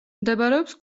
მდებარეობს